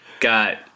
got